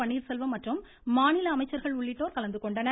பன்னீர்செல்வம் மற்றும் மாநில அமைச்சர்கள் உள்ளிட்டோர் கலந்துகொண்டனர்